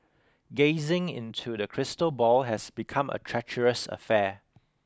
gazing into the crystal ball has become a treacherous affair